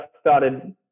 started